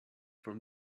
from